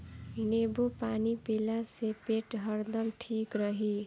नेबू पानी पियला से पेट हरदम ठीक रही